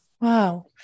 Wow